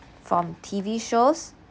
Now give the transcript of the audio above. from T_V shows